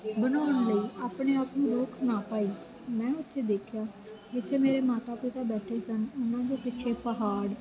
ਬਣਾਉਣ ਲਈ ਆਪਣੇ ਆਪ ਨੂੰ ਰੋਕ ਨਾ ਪਾਈ ਮੈਂ ਉੱਥੇ ਦੇਖਿਆ ਜਿੱਥੇ ਮੇਰੇ ਮਾਤਾ ਪਿਤਾ ਬੈਠੇ ਸਨ ਉਹਨਾਂ ਦੇ ਪਿੱਛੇ ਪਹਾੜ